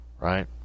Right